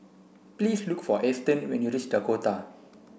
please look for Easton when you reach Dakota